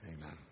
Amen